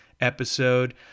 episode